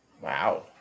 Wow